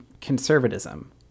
conservatism